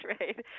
right